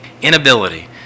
inability